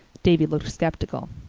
davy looked sceptical.